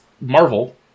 Marvel